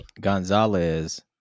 Gonzalez